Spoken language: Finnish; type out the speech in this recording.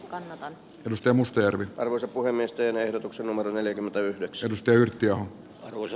kannatan ylistää mustajärvi arvoisa puhemies teen ehdotuksen numero neljäkymmentäyhdeksän steyr työ oli